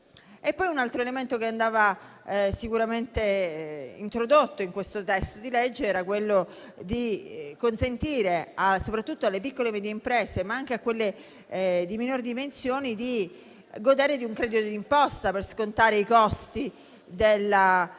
Un altro elemento che andava sicuramente introdotto in questo testo di legge era la possibilità soprattutto per le piccole e medie imprese, ma anche per quelle di minori dimensioni, di godere di un credito di imposta per scontare i costi della